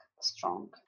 strong